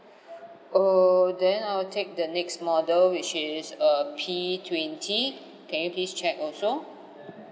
err then I will take the next model which is uh P twenty can you please check also